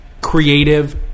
creative